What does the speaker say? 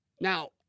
Now